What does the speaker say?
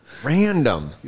Random